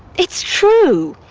it's true.